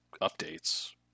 updates